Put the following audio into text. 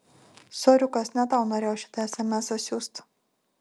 soriukas ne tau norėjau šitą esemesą siųst